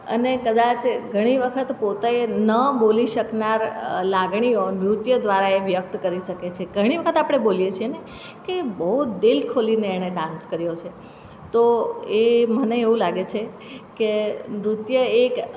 અને કદાચ ઘણી વખત પોતે ન બોલી શકનાર લાગણીઓ નૃત્ય દ્વારા એ વ્યક્ત કરી શકે છે ઘણી વખત આપણે બોલીએ છીએ ને કે બહુ દિલ ખોલીને એણે ડાન્સ કર્યો છે તો એ મને એવું લાગે છે કે નૃત્ય એક